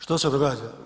Što se događa?